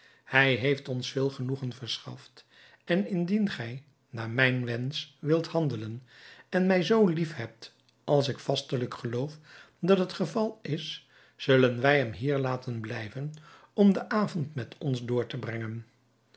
hij heeft ons veel genoegen verschaft en indien gij naar mijn wensch wilt handelen en mij zoo liefhebt als ik vastelijk geloof dat het geval is zullen wij hem hier laten blijven om den avond met ons door te brengen